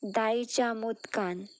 दाळीच्या मोदकान